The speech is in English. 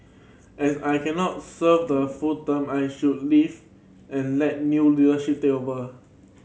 as I cannot serve the full term I should leave and let new leadership take over